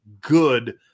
good